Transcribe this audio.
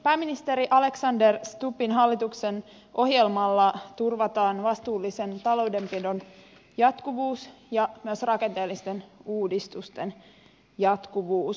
pääministeri alexander stubbin hallituksen ohjelmalla turvataan vastuullisen taloudenpidon jatkuvuus ja myös rakenteellisten uudistusten jatkuvuus